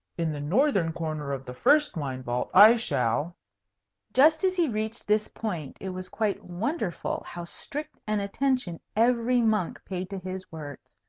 in the northern corner of the first wine vault i shall just as he reached this point, it was quite wonderful how strict an attention every monk paid to his words.